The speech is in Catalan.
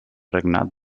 regnat